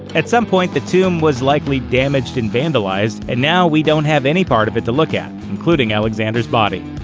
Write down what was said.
at some point, the tomb was likely damaged and vandalized, and now we don't have any part of it to look at, including alexander's body.